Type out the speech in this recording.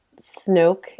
Snoke